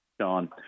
John